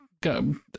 go